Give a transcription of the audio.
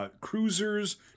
cruisers